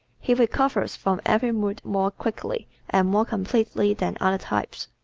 he recovers from every mood more quickly and more completely than other types.